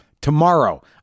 Tomorrow